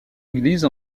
église